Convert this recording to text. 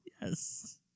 Yes